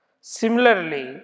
Similarly